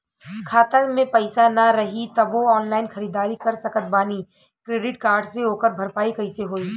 खाता में पैसा ना रही तबों ऑनलाइन ख़रीदारी कर सकत बानी क्रेडिट कार्ड से ओकर भरपाई कइसे होई?